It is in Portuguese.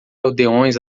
aldeões